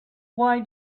why